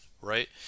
right